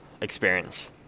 experience